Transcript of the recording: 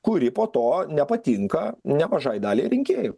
kuri po to nepatinka nemažai daliai rinkėjų